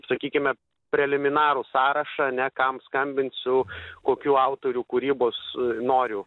sakykime preliminarų sąrašą ane kam skambinsiu kokių autorių kūrybos noriu